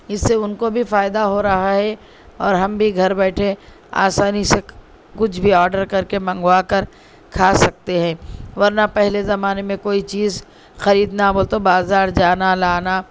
اس سے ان کو بھی فائدہ ہو رہا ہے اور ہم بھی گھر بیٹھے آسانی سے کچھ بھی آڈر کر کے منگوا کر کھا سکتے ہیں ورنہ پہلے زمانے میں کوئی چیز خریدنا بولے تو بازار جانا لانا